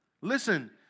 Listen